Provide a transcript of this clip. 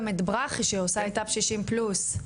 גם את ברכי שעושה את אפ שישים פלוס.